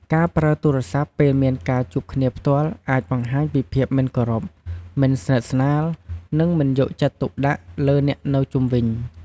ការប្រើទូរស័ព្ទពេលមានការជួបគ្នាផ្ទាល់អាចបង្ហាញពីភាពមិនគោរព មិនស្និទ្ធស្នាល និងមិនយកចិត្តទុកដាក់លើអ្នកនៅជុំវិញ។